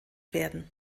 werden